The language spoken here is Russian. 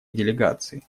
делегации